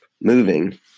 moving